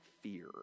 fear